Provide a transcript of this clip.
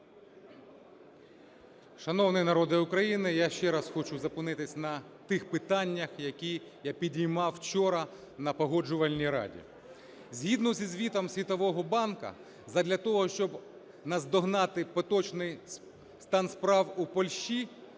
Шановний народе України! Я ще раз хочу зупинитися на тих питаннях, які я піднімав вчора на Погоджувальній раді. Згідно зі звітом Світового банку задля того, щоб наздогнати поточний стан справ у Польщі,